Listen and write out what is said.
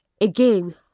Again